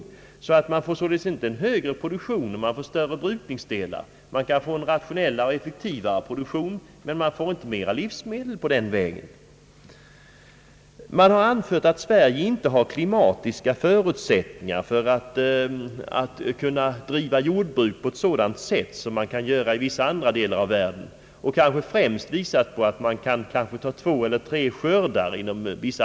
Man får således inte en högre produktion genom att man får större bruk ningsdelar. Man kan få en rationellare och effektivare produktion, men man får inte mera livsmedel på den vägen. Man har anfört att Sverige inte har klimatiska förutsättningar att kunna driva jordbruk på ett sådant sätt som man kan göra i vissa andra delar av världen. Man har främst visat på att man på andra håll kan ta två eller tre skördar per år.